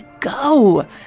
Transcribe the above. go